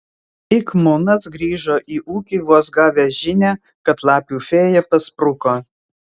ik munas grįžo į ūkį vos gavęs žinią kad lapių fėja paspruko